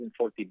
$140